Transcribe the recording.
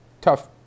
Tough